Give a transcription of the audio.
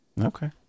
Okay